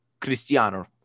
Cristiano